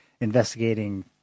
investigating